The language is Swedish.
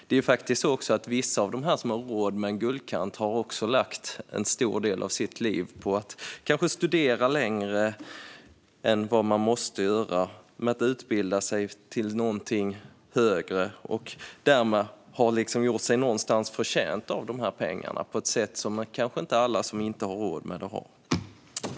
Det är ju faktiskt så att vissa av dem som har råd med guldkant också har lagt en stor del av sitt liv på att kanske studera längre än vad man måste göra för att utbilda sig till någonting högre och därmed någonstans har gjort sig förtjänta av dessa pengar på ett sätt som kanske inte alla som inte har råd har gjort.